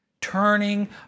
Turning